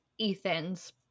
Ethan's